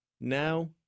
Now